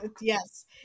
yes